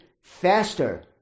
faster